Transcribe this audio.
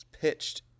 pitched